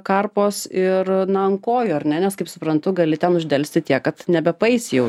karpos ir na ant kojų ar ne nes kaip suprantu gali ten uždelsti tiek kad nebepaeisi jau